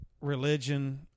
religion